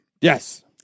Yes